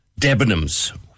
Debenhams